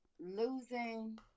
losing